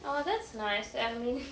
oh that's nice I mean